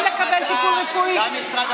גם משרד החוץ,